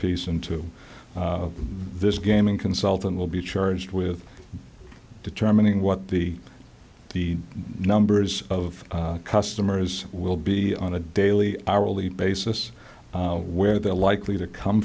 piece into this gaming consultant will be charged with determining what the the numbers of customers will be on a daily hourly basis where they're likely to come